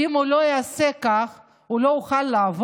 ואם הוא לא יעשה כך הוא לא יוכל לעבוד,